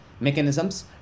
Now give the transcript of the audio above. mechanisms